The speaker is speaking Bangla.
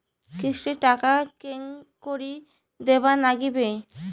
কিস্তির টাকা কেঙ্গকরি দিবার নাগীবে?